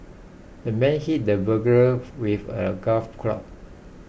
the man hit the burglar with a golf club